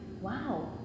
wow